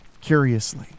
curiously